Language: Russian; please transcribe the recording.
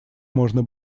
можно